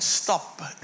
stop